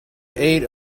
aid